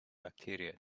bacteria